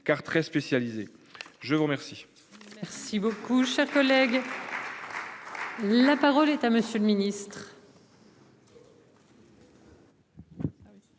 car très spécialisés. Je vous remercie.